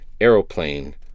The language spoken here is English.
aeroplane